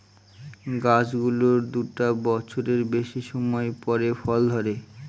গাছ গুলোর দুটা বছরের বেশি সময় পরে ফল ধরে